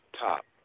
top